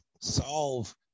solve